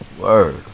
word